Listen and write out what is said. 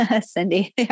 Cindy